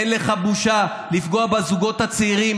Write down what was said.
אין לך בושה לפגוע בזוגות הצעירים,